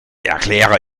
erkläre